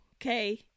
okay